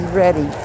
ready